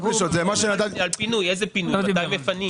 מתי מפנים?